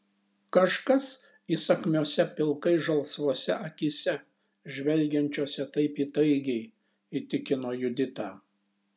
kažkas įsakmiose pilkai žalsvose akyse žvelgiančiose taip įtaigiai įtikino juditą